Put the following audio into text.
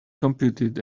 computed